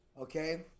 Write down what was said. okay